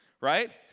Right